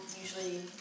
usually